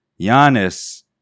Giannis